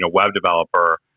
ah web developer,